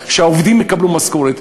שהעובדים יקבלו משכורת.